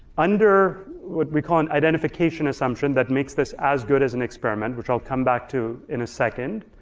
under what we call an identification assumption that makes this as good as an experiment which i'll come back to in a second